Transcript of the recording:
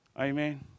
Amen